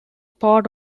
part